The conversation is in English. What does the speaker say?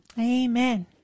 Amen